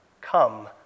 Come